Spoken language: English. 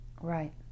Right